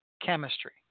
chemistry